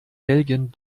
belgien